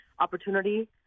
opportunity